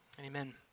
Amen